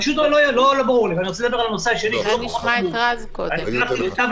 הנושא השני - תקנה